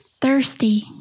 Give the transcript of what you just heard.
Thirsty